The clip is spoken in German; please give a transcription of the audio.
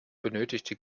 benötigte